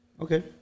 Okay